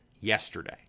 yesterday